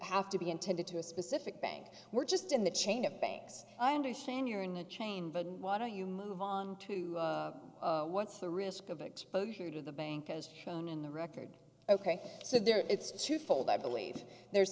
have to be intended to a specific bank we're just in the chain of banks i understand you're in the chain but why don't you move on to what's the risk of exposure to the bank as shown in the record ok so there it's twofold i believe there's